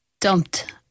dumped